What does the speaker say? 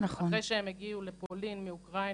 אחרי שהם הגיעו לפולין מאוקראינה,